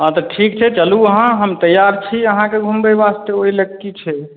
हँ तऽ ठीक छै चलू अहाँ हम तैयार छी अहाँके घुमबय वास्ते ओइ लए की छै